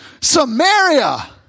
Samaria